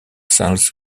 sales